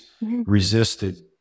resisted